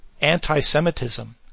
anti-Semitism